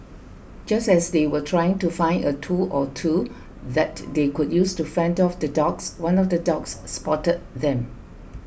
just as they were trying to find a tool or two that they could use to fend off the dogs one of the dogs spotted them